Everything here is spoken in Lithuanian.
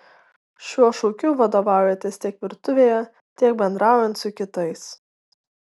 šiuo šūkiu vadovaujatės tiek virtuvėje tiek bendraujant su kitais